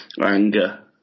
anger